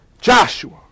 Joshua